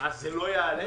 לא יעלה?